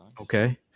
Okay